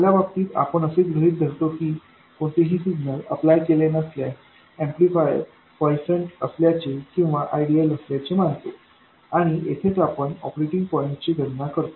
आपल्या बाबतीत आपण असे गृहीत धरतो की कोणतेही सिग्नल अप्लाय केले नसल्यास ऍम्प्लिफायर क्वाइएसन्ट असल्याचे किंवा आयडियल असल्याचे मानतो आणि येथेच आपण ऑपरेटिंग पॉईंट ची गणना करतो